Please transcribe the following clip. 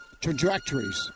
trajectories